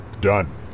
Done